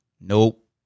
Nope